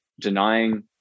denying